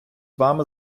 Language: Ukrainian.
вами